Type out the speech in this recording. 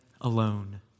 alone